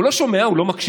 הוא לא שומע, הוא לא מקשיב,